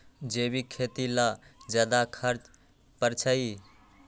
जैविक खेती ला ज्यादा खर्च पड़छई?